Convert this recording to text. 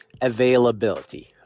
availability